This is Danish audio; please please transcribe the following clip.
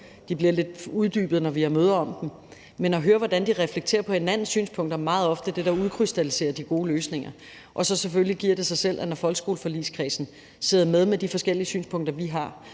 de bliver lidt uddybet, når vi har møde om dem – men at høre, hvordan de reflekterer på hinandens synspunkter, er meget ofte det, der udkrystalliserer de gode løsninger. Og så giver det selvfølgelig sig selv, at når folkeskoleforligskredsen sidder med de forskellige synspunkter, der er,